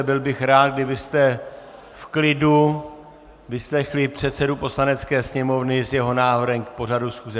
Byl bych rád, kdybyste v klidu vyslechli předsedu Poslanecké sněmovny s jeho návrhem k pořadu schůze.